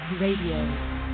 radio